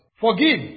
Forgive